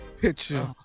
Picture